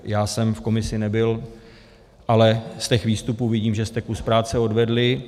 Já jsem v komisi nebyl, ale z těch výstupů vidím, že jste kus práce odvedli.